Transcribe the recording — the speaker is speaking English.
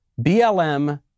BLM